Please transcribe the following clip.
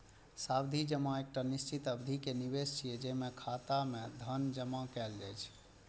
सावधि जमा एकटा निश्चित अवधि के निवेश छियै, जेमे खाता मे धन जमा कैल जाइ छै